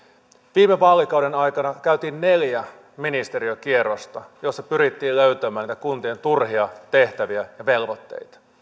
viime vaalikauden aikana käytiin neljä ministeriökierrosta joissa pyrittiin löytämään näitä kuntien turhia tehtäviä ja velvoitteita